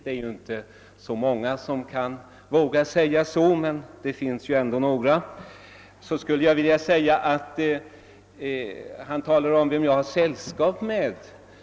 Det är inte många som vågar påstå något sådant, men det finns ändå några. Herr Lindkvist talade också om dem som jag skulle ha sällskap med.